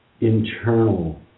internal